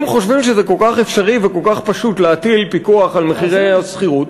אם חושבים שזה כל כך אפשרי וכל כך פשוט להטיל פיקוח על מחירי השכירות,